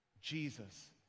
Jesus